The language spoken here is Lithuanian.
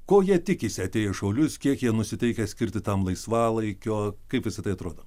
ko jie tikisi atėję į šaulius kiek jie nusiteikę skirti tam laisvalaikio kaip visa tai atrodo